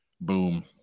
Boom